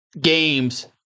games